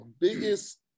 biggest